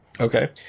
Okay